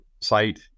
site